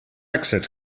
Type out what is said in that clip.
exit